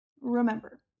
Remember